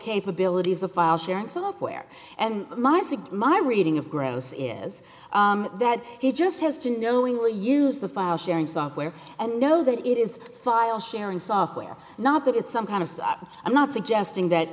capabilities of file sharing software and my sig my reading of gross is that he just has to knowingly use the file sharing software and know that it is file sharing software not that it's some kind of i'm not suggest sting that